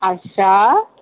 अच्छा